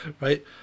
right